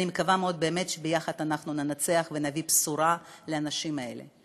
אני מקווה מאוד שביחד ננצח ונביא בשורה לאנשים האלה.